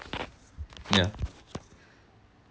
ya